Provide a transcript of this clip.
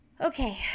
okay